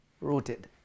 rooted